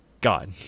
God